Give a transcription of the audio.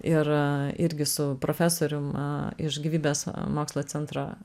ir irgi su profesorium a iš gyvybės mokslo centro